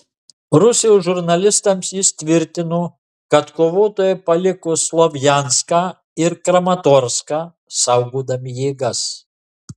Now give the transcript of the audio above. rusijos žurnalistams jis tvirtino kad kovotojai paliko slovjanską ir kramatorską saugodami jėgas